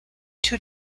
two